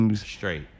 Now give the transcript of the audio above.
straight